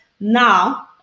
now